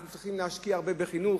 אנחנו צריכים להשקיע הרבה בחינוך,